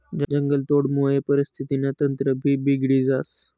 जंगलतोडमुये परिस्थितीनं तंत्रभी बिगडी जास